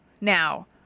Now